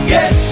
Get